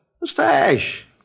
Mustache